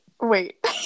Wait